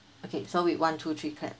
okay so we one two three clap